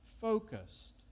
focused